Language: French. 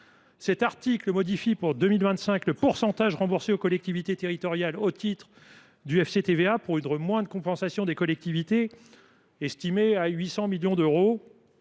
Cet article modifie, pour 2025, le taux remboursé aux collectivités territoriales au titre du FCTVA, pour une moindre compensation estimée à 800 millions d’euros.